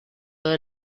todo